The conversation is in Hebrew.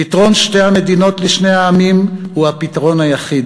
פתרון שתי המדינות לשני העמים הוא הפתרון היחיד,